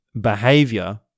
behavior